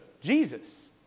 Jesus